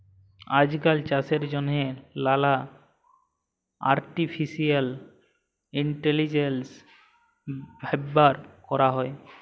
আইজকাল চাষের জ্যনহে লালা আর্টিফিসিয়াল ইলটেলিজেলস ব্যাভার ক্যরা হ্যয়